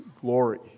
glory